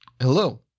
Hello